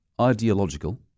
ideological